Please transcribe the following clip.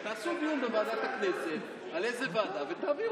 זה לא ממשלתית, זאת הצעה מטעם ועדה.